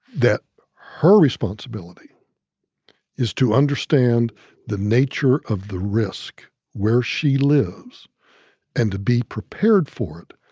that her responsibility is to understand the nature of the risk where she lives and to be prepared for it.